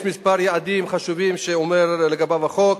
יש כמה יעדים חשובים שהחוק מדבר עליהם,